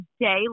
day